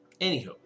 anywho